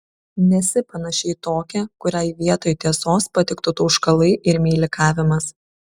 nesi panaši į tokią kuriai vietoj tiesos patiktų tauškalai ir meilikavimas